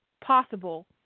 possible